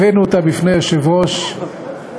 הבאנו אותה בפני יושב-ראש הבית,